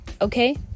okay